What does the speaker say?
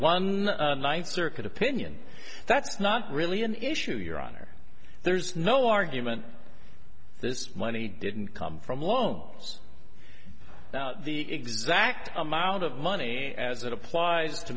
ninth circuit opinion that's not really an issue your honor there's no argument this money didn't come from loans now the exact amount of money as it applies to